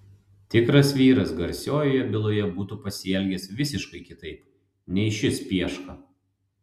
tikras vyras garsiojoje byloje būtų pasielgęs visiškai kitaip nei šis pieška